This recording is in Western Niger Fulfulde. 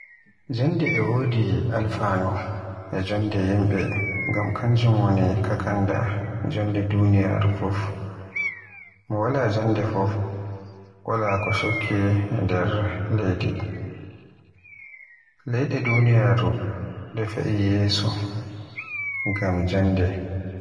Jannde e wodi alfanu e jonde yimbe ngam kanjum woni kakanda jonde duniyaaru fuf. Mo wala jannde fuf wala ko chukki e nder leydi. Leyde duniyaaru nde fai yeso ngam jannde.